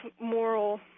moral